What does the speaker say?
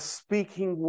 speaking